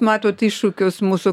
matot iššūkius mūsų